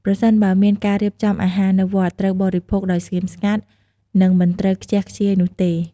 ប្រសិនបើមានការរៀបចំអាហារនៅវត្ត ត្រូវបរិភោគដោយស្ងៀមស្ងាត់ និងមិនត្រូវខ្ជះខ្ជាយនោះទេ។